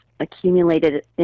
accumulated